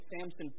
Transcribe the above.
Samson